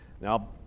Now